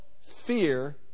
fear